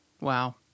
Wow